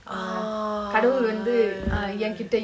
ah